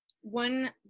One